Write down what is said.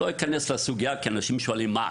אני לא אכנס לסוגייה, כי אנשים שואלים: "מה?